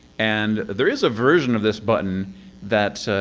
and there is a version of this button that.